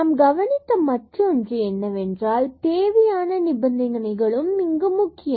நாம் கவனித்த மற்றொன்று என்னவென்றால் தேவையான நிபந்தனைகளும் இங்கு முக்கியம்